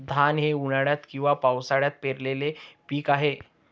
धान हे उन्हाळ्यात किंवा पावसाळ्यात पेरलेले पीक आहे